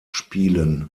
spielen